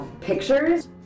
pictures